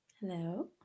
hello